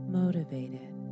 motivated